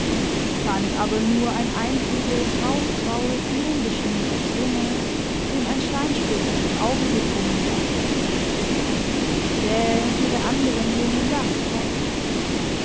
fand aber nur ein einziges rauchgraues lehmbeschmiertes junges dem ein steinsplitter ins auge gedrungen war die fähe und ihre anderen jungen waren fort